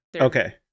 Okay